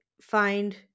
find –